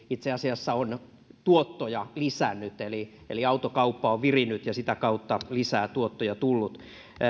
itse asiassa on tuottoja lisännyt autokauppa on virinnyt ja sitä kautta lisää tuottoja tullut